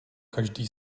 každý